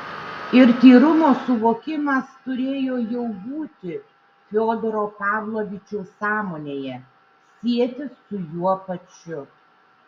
ir tyrumo suvokimas turėjo jau būti fiodoro pavlovičiaus sąmonėje sietis su juo pačiu